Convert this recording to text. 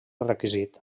requisit